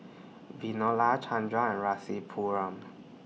Chanda and Rasipuram